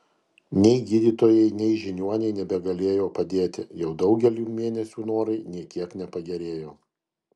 nei gydytojai nei žiniuoniai nebegalėjo padėti jau daugelį mėnesių norai nė kiek nepagerėjo